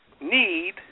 need